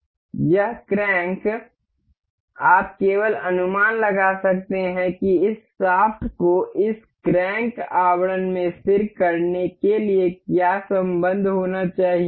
यह क्रैंक आप केवल अनुमान लगा सकते हैं कि इस शाफ्ट को इस क्रैंक आवरण में स्थिर करने के लिए क्या संबंध होना चाहिए